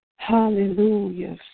Hallelujah